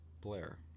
Blair